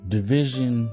Division